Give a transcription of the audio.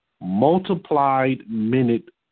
multiplied-minute